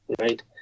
right